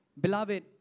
Beloved